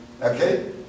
Okay